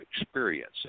experience